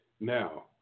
Now